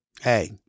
hey